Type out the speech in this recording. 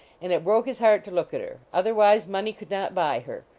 and it broke his heart to look at her, otherwise money could not buy her.